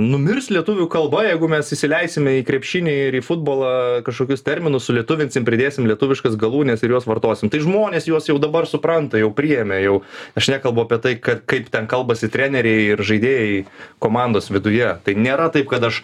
numirs lietuvių kalba jeigu mes įsileisime į krepšinį ir į futbolą kažkokius terminus sulietuvinsim pridėsim lietuviškas galūnes ir juos vartosim tai žmonės juos jau dabar supranta jau priėmė jau aš nekalbu apie tai kad kaip ten kalbasi treneriai ir žaidėjai komandos viduje tai nėra taip kad aš